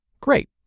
Great